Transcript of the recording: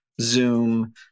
Zoom